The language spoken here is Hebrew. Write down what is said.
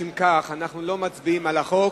אם כך, אנחנו לא מצביעים על החוק,